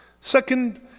Second